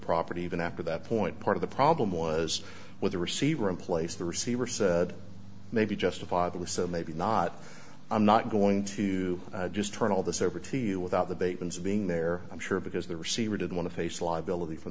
property even after that point part of the problem was with the receiver in place the receiver said maybe justifiably so maybe not i'm not going to just turn all this over to you without the batemans being there i'm sure because the receiver didn't want to face liability from